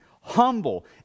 humble